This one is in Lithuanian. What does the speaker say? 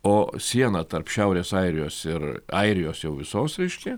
o siena tarp šiaurės airijos ir airijos jau visos reiškia